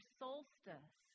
solstice